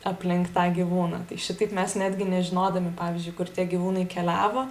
aplink tą gyvūną tai šitaip mes netgi nežinodami pavyzdžiui kur tie gyvūnai keliavo